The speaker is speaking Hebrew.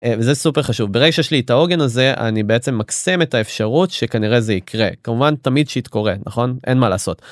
וזה סופר חשוב ברגע שיש לי את העוגן הזה אני בעצם ממקסם את האפשרות שכנראה זה יקרה, כמובן תמיד שיט קורה, נכון? אין מה לעשות.